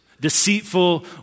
deceitful